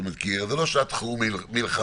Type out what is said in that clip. כי זה לא שעת חירום מלחמתית.